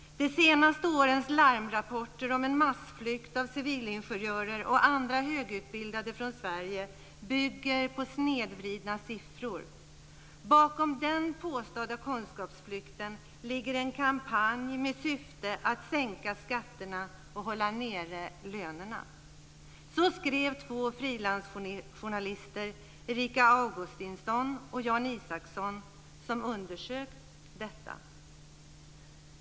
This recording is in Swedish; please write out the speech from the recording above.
De senaste årens larmrapporter om en massflykt av civilingenjörer och andra högutbildade från Sverige bygger på snedvridna siffror. Bakom den påstådda kunskapsflykten ligger en kampanj med syftet att sänka skatterna och hålla nere lönerna." Så skrev två frilansjournalister, Erika Augustinsson och Jan Isaksson, som undersökt detta.